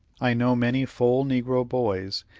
i know many full negro boys,